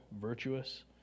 virtuous